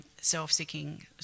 Self-seeking